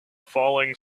falling